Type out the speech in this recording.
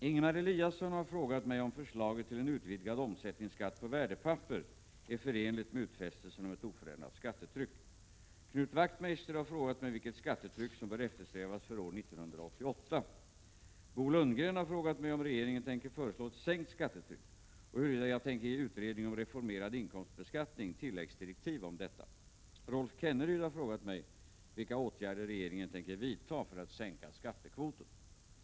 Herr talman! Ingemar Eliasson har frågat mig om förslaget till en utvidgad omsättningsskatt på värdepapper är förenligt med utfästelserna om ett oförändrat skattetryck. Knut Wachtmeister har frågat mig vilket skattetryck som bör eftersträvas för år 1988. Bo Lundgren har frågat mig om regeringen tänker föreslå en sänkning av skattetrycket, och huruvida jag tänker ge utredningen om reformerad inkomstbeskattning tilläggsdirektiv om detta. Rolf Kenneryd har frågat mig vilka åtgärder regeringen tänker vidta för att sänka skattekvoten.